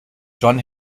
john